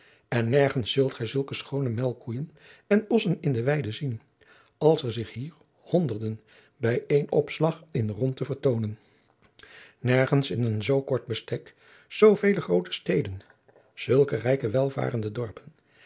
en nergens zult gij zulke schoone melkkoeijen en ossen in de weiden zien als er zich hier honderden bij één opslag in de rondte vertoonen nergens in een zoo kort bestek zoo vele groote steden zulke rijke welvarende dorpen